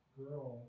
girl